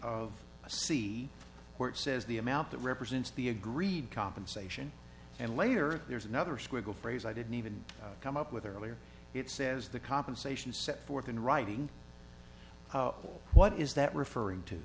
c where it says the amount that represents the agreed compensation and later there's another squiggle phrase i didn't even come up with earlier it says the compensation is set forth in writing what is that referring to